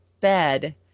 bed